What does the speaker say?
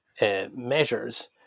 measures